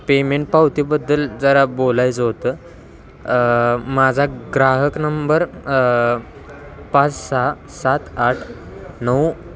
payment पावतीबद्दल जरा बोलायचं होतं माझा ग्राहक नंबर पाच सहा सात आठ नऊ